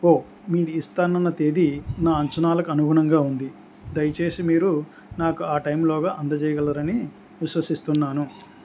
ఓ మీరు ఇస్తాన్నన్న తేదీ నా అంచనాలకు అనుగుణంగా ఉంది దయచేసి మీరు నాకు ఆ టైంలోగా అందజేయగలరని విశ్వసిస్తున్నాను